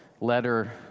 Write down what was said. letter